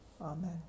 Amen